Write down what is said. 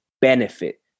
benefit